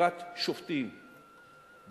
לבחירת שופטים בשקט,